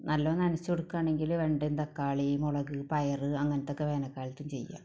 നല്ലോണം നനച്ചു കൊടുക്കുവാണെങ്കിൽ വെണ്ടയും തക്കാളിയും മുളക് പയറ് അങ്ങനത്തെ വേനൽക്കാലത്തും ചെയ്യാം